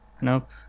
Nope